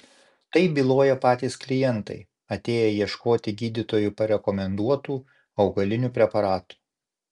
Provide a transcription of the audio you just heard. tai byloja patys klientai atėję ieškoti gydytojų parekomenduotų augalinių preparatų